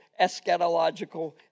eschatological